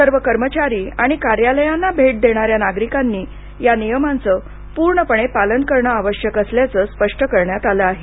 सर्व कर्मचारी आणि कार्यालयांना भेट देणाऱ्या नागरिकांनी या नियमांचं पूर्णपणे पालन करणं आवश्यक असल्याचं स्पष्ट करण्यात आलं आहे